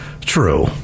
true